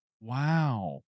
Wow